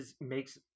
makes